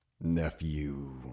Nephew